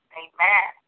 amen